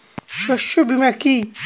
শস্য বীমা কি?